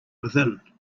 within